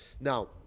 Now